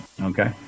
Okay